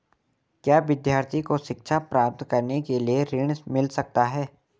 क्या विद्यार्थी को शिक्षा प्राप्त करने के लिए ऋण मिल सकता है?